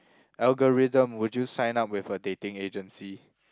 algorithm would you sign up with a dating agency